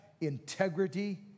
integrity